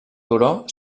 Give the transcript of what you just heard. turó